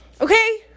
Okay